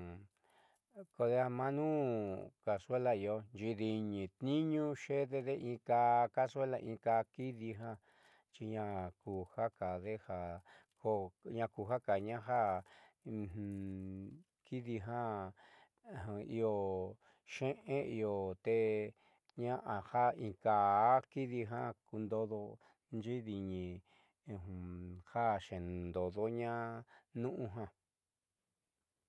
kodeja maá ñuun cazuela iio xiidiinni tniiñuu xeedede inkaa cazuela inkaa kidi ja xi ñaa akujade akujaaña ja kidi ju io xe'e io te ña'a ja inkaá kidija kundodo xiidiinni ja xeendoodoñaa nu'u jiaa.